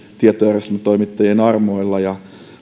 tietojärjestelmätoimittajien armoilla ja